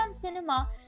cinema